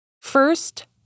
First